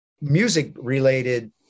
music-related